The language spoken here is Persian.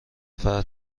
فتح